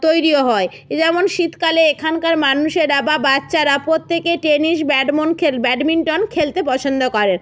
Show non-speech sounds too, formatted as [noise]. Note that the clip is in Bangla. তৈরিও হয় এ যেমন শীতকালে এখানকার মানুষেরা বা বাচ্চারা প্রত্যেকে টেনিস [unintelligible] ব্যাডমিন্টন খেলতে পছন্দ করেন